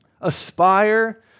Aspire